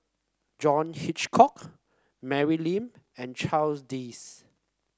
John Hitchcock Mary Lim and Charles Dyce